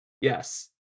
Yes